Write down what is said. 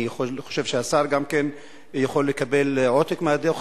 אני חושב שגם השר יכול לקבל עותק מהדוח